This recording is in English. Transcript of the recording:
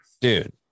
dude